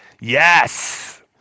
Yes